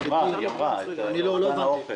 לא הבנתי.